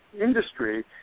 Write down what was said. industry